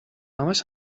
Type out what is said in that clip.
همش